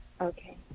Okay